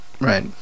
Right